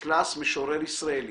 קלאס, משורר ישראלי,